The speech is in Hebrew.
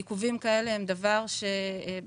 עיכובים כאלה הם דבר שבסוף